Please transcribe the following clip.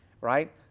Right